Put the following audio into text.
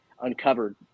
uncovered